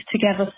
together